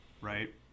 right